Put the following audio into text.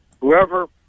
Whoever